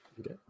Okay